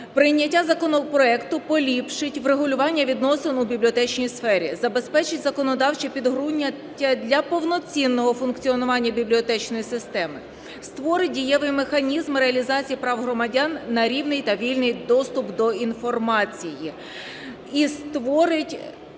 Прийняття законопроекту поліпшить врегулювання відносин у бібліотечній сфері, забезпечить законодавче підґрунтя для повноцінного функціонування бібліотечної системи, створить дієвий механізм реалізації прав громадян на рівний та вільний доступ до інформації і створить